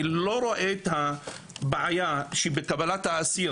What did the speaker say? אני לא רואה את הבעיה שבקבלת האסיר,